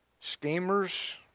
Schemers